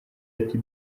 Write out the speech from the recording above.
ati